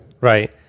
Right